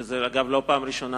וזה לא פעם ראשונה,